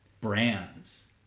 brands